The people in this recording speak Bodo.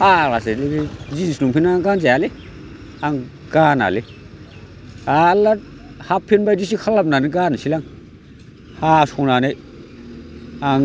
फाग्लासो जिन्स लंफेन्टानो गानजायालै आं गानालै थारला हाफफेन्ट बायदिसो खालामनानै गाननोसैलां हास' नानै आं